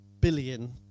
billion